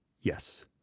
Yes